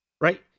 Right